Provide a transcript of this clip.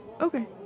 Okay